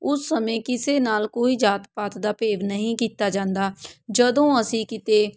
ਉਸ ਸਮੇਂ ਕਿਸੇ ਨਾਲ ਕੋਈ ਜਾਤ ਪਾਤ ਦਾ ਭੇਵ ਨਹੀਂ ਕੀਤਾ ਜਾਂਦਾ ਜਦੋਂ ਅਸੀਂ ਕਿਤੇ